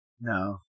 No